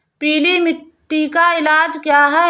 पीली मिट्टी का इलाज क्या है?